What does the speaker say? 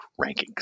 rankings